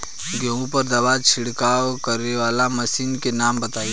गेहूँ पर दवा छिड़काव करेवाला मशीनों के नाम बताई?